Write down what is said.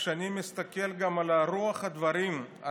כשאני מסתכל גם על רוח הדברים,